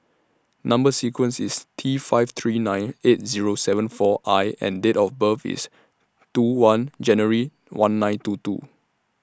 Number sequence IS T five three nine eight Zero seven four I and Date of birth IS two one January one nine two two